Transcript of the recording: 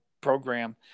program